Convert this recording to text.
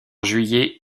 juillet